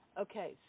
Okay